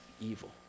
evil